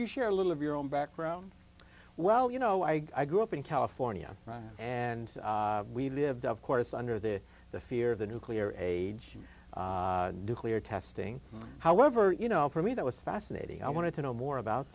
you share a little of your own background well you know i grew up in california and we've lived of course under the the fear of the nuclear age declared testing however you know for me that was fascinating i wanted to know more about